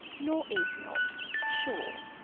nor is not, sure.